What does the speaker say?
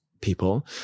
people